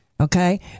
Okay